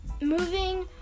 moving